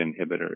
inhibitors